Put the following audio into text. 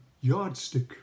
yardstick